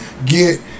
get